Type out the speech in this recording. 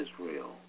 Israel